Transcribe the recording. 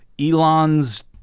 Elon's